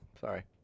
sorry